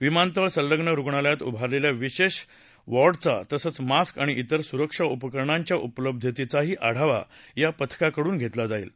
विमानतळ संलग्न रुग्णायलयात उभारलेल्या विशेष वॉर्डचा तसंच मास्क आणि त्रिर सुरक्षा उपकरणांच्या उपलब्धतेचाही आढावा या पथकाकडून घेतला जाईल